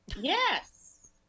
Yes